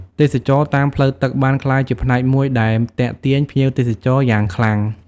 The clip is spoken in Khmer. ទេសចរណ៍តាមផ្លូវទឹក បានក្លាយជាផ្នែកមួយដែលទាក់ទាញភ្ញៀវទេសចរណ៍យ៉ាងខ្លាំង។